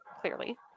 clearly